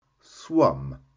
swum